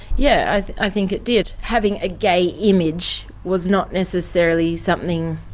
yeah, i think it did. having a gay image was not necessarily something